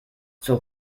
zur